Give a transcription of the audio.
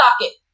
socket